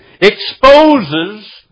exposes